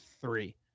three